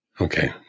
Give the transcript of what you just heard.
Okay